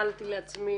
מלמלתי לעצמי,